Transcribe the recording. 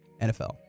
NFL